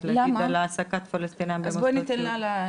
להגיד על העסקת פלשתינאים במוסדות סיעוד.